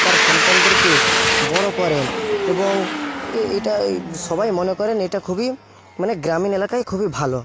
তার সন্তানদেরকে বড়ো করেন এবং এটাই সবাই মনে করেন এটা খুবই মানে গ্রামীণ এলাকায় খুবই ভালো